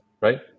right